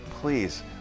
please